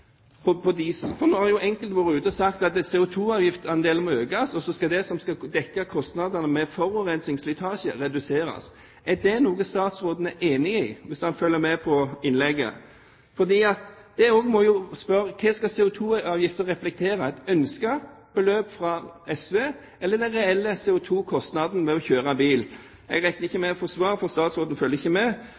CO2-avgiften på diesel. Nå har enkelte vært ute og sagt at CO2-avgiftsandelen må økes, og så skal det som skal dekke kostnadene med forurensing og slitasje, reduseres. Er det noe statsråden er enig i – hvis han følger med på innlegget? Her må jeg også spørre: Hva skal CO2-avgiften reflektere, et ønsket beløp fra SV, eller den reelle CO2-kostnaden med å kjøre bil? Jeg vet ikke om jeg får noe svar, for statsråden følger ikke med,